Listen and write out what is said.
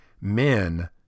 men